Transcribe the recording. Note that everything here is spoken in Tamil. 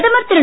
பிரதமர் திரு